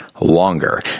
longer